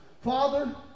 Father